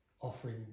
offering